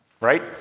right